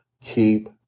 Keep